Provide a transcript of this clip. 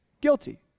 guilty